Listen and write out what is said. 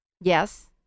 Yes